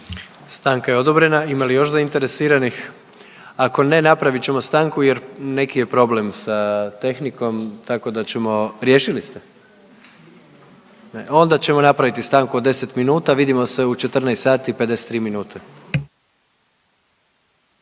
Stanka je odobrena. Ima li još zainteresiranih? Ako ne, napravit ćemo stanku jer neki je problem sa tehnikom, tako da ćemo. Riješili ste? Onda ćemo nastaviti stanku od 10 minuta. Vidimo se u 14 sati i 53 minute.